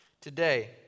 today